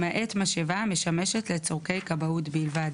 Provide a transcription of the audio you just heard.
למעט משאבה המשמשת לצורכי כבאות בלבד."